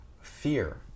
Fear